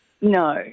No